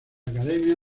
academia